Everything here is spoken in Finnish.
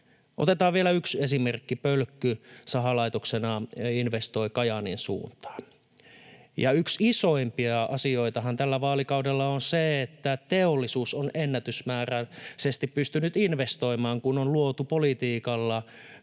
Otetaan vielä yksi esimerkki: Pölkky sahalaitoksena investoi Kajaanin suuntaan. Yksi isoimpia asioitahan tällä vaalikaudella on se, että teollisuus on ennätysmääräisesti pystynyt investoimaan, kun on luotu politiikalla